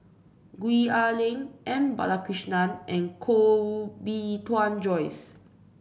Gwee Ah Leng M Balakrishnan and Koh Bee Tuan Joyce